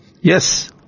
Yes